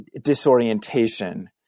disorientation